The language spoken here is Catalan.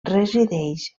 resideix